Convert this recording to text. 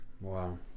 Wow